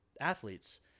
athletes